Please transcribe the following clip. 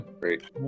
Great